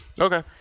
Okay